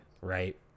right